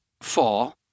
fall